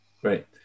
great